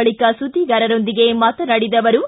ಬಳಿಕ ಸುದ್ದಿಗಾರರೊಂದಿಗೆ ಮಾತನಾಡಿದ ಅವರು